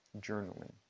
journaling